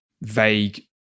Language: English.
vague